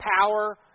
power